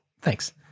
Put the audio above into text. thanks